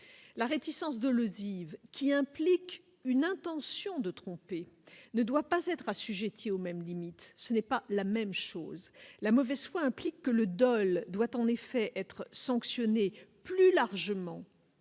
la réticence de Lozi qui implique une intention de trop. P. ne doit pas être assujettis aux mêmes limites, ce n'est pas la même chose, la mauvaise foi, implique que le Dol doit en effet être sanctionné plus largement.